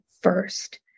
first